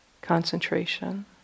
concentration